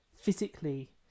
physically